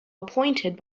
appointed